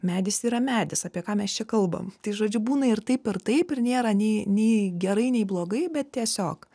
medis yra medis apie ką mes čia kalbam tai žodžiu būna ir taip ir taip ir nėra nei nei gerai nei blogai bet tiesiog